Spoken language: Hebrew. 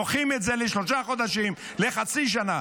דוחים את זה בשלושה חודשים או חצי שנה.